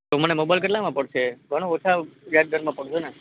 તો મને મોબાઈલ કેટલામાં પડશે ઘણાં ઓછા વ્યાજદરમાં પડશે ને